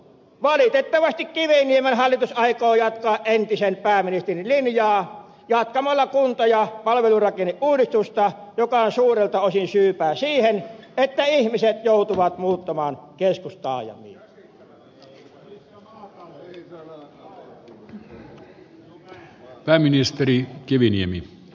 valitettavasti kiviniemen hallitus aikoo jatkaa entisen pääministerin linjaa jatkamalla kunta ja palvelurakenneuudistusta joka on suurelta osin syypää siihen että ihmiset joutuvat muuttamaan keskustaajamiin